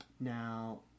Now